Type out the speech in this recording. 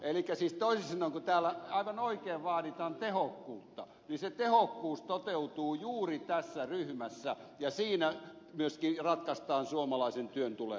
siis toisin sanoen kun täällä aivan oikein vaaditaan tehokkuutta se tehokkuus toteutuu juuri tässä ryhmässä ja siinä myöskin ratkaistaan suomalaisen työn tulevaisuus